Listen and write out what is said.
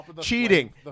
Cheating